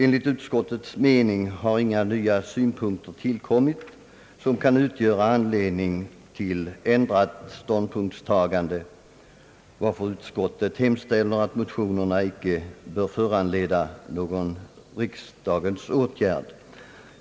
Enligt utskottets mening har inga nya synpunkter tillkommit som kan utgöra anledning till ändrat ståndpunktstagande, varför utskottet hemställer att motionerna icke bör föranleda någon riksdagens åtgärd.